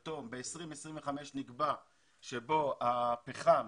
ב-2025, השימוש בפחם